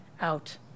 out